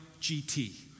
GT